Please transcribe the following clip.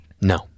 No